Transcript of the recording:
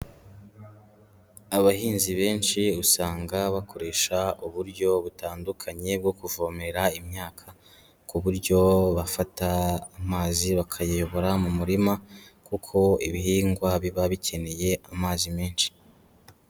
Abahinzi benshi usanga bakoresha uburyo butandukanye bwo kuvomera imyaka, ku buryo bafata amazi bakayayobora mu murima, kuko ibihingwa biba bikeneye amazi menshi.